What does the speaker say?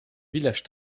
village